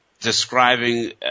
describing